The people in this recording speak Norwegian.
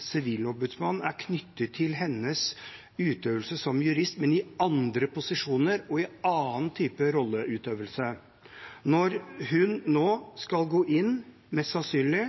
sivilombudsmann er knyttet til hennes utøvelse som jurist, men i andre posisjoner og i annen type rolleutøvelse. Når hun nå skal gå inn – mest sannsynlig